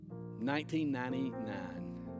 1999